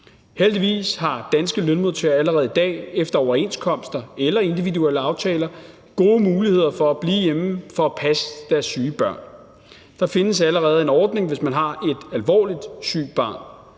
Heldigvis har danske lønmodtagere allerede i dag efter overenskomster eller individuelle aftaler gode muligheder for at blive hjemme for at passe deres syge børn. Der findes allerede en ordning, hvis man har et alvorligt sygt barn.